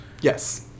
Yes